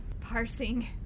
parsing